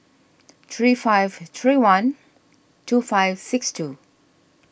three five three one two five six two